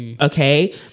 Okay